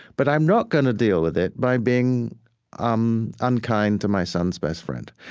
but i'm not going to deal with it by being um unkind to my son's best friend.